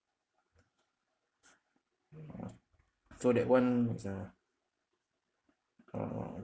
mm so that one is a uh